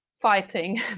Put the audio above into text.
fighting